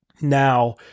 Now